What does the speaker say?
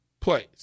plays